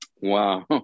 Wow